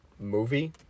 Movie